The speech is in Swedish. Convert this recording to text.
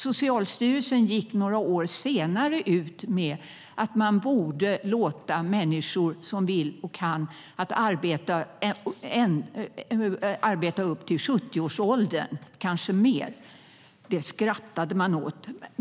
Några år senare gick Socialstyrelsen ut med att man borde låta människor som vill och kan arbeta upp till 70 års ålder, kanske längre. Det skrattade man åt.